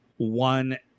one